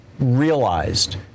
Realized